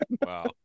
Wow